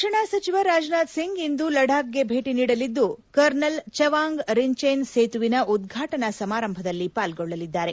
ರಕ್ಷಣಾ ಸಚಿವ ರಾಜನಾಥ್ ಸಿಂಗ್ ಇಂದು ಲಡಾಖ್ಗೆ ಭೇಟಿ ನೀಡಲಿದ್ದು ಕರ್ನಲ್ ಚೆವಾಂಗ್ ರಿಂಚೇನ್ ಸೇತುವಿನ ಉದ್ಘಾಟನಾ ಸಮಾರಂಭದಲ್ಲಿ ಪಾಲ್ಗೊಳ್ಳಲಿದ್ದಾರೆ